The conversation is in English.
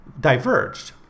diverged